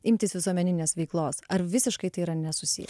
imtis visuomeninės veiklos ar visiškai tai yra nesusiję